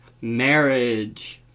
Marriage